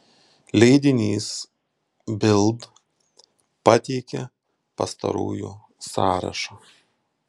leidinys bild pateikia pastarųjų sąrašą